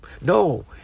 No